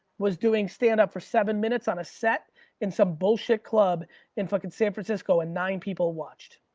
was doing standup for seven minutes on a set in some bullshit club in fucking san francisco, and nine people watched.